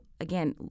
again